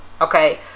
Okay